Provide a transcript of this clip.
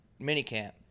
minicamp